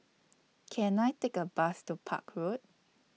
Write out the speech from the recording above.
Can I Take A Bus to Park Road